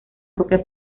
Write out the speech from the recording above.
copia